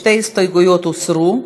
שתי הסתייגויות הוסרו,